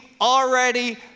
already